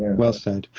well said.